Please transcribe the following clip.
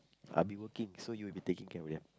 I will be working so you will be taking care of them